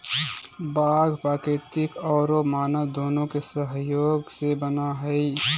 बाग प्राकृतिक औरो मानव दोनों के सहयोग से बना हइ